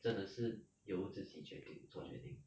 真的是由自己决定做决定